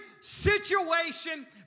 situation